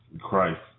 Christ